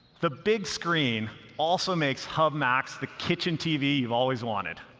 the big screen also makes hub max the kitchen tv you've always wanted